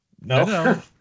No